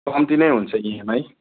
कम्ती नै हुन्छ इएमआई